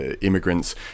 immigrants